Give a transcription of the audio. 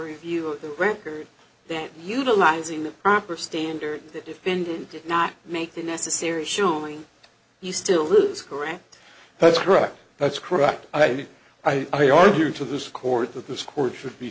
review of the record that utilizing the proper standard that defendant did not make the necessary showing you still who is correct that's correct that's correct i did i argued to this court that this court should be